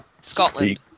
Scotland